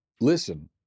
listen